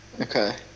Okay